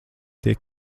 tiek